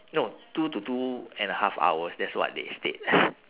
no two to two and a half hours that's what they state